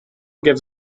gives